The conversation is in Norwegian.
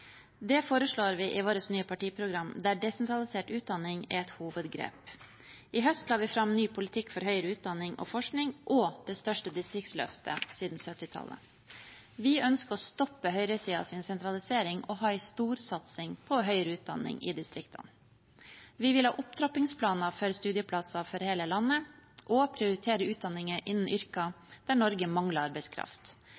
Det foreslår vi i vårt nye partiprogram, der desentralisert utdanning er et hovedgrep. I høst la vi fram ny politikk for høyere utdanning og forskning og det største distriktsløftet siden 1970-tallet. Vi ønsker å stoppe høyresidens sentralisering og ha en storsatsing på høyere utdanning i distriktene. Vi vil ha opptrappingsplaner for studieplasser for hele landet og prioritere utdanning innen